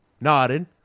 nodded